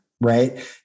right